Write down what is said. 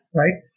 right